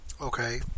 Okay